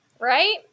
right